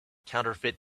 counterfeit